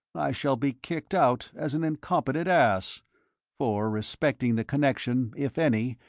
i shall be kicked out as an incompetent ass for, respecting the connection, if any,